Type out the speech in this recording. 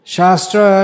Shastra